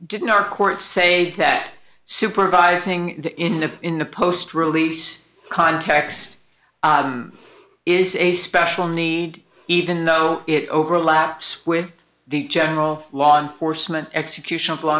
didn't our court say that supervising in the in the post release context is a special need even though it overlaps with the general law enforcement execution of law